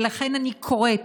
ולכן אני קוראת